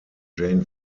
jane